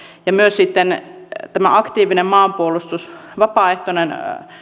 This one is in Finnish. myös sitten tämä aktiivinen vapaaehtoinen